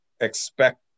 expect